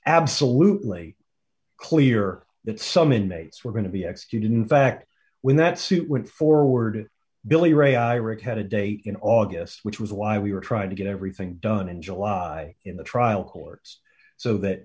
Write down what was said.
absolutely clear that some inmates were going to be executed in fact when that suit went forward billy ray iraheta day in august which was why we were trying to get everything done in july in the trial courts so that